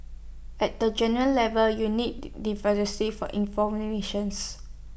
at the general level you need for